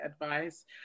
advice